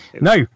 No